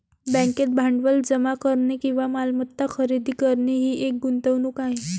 बँकेत भांडवल जमा करणे किंवा मालमत्ता खरेदी करणे ही एक गुंतवणूक आहे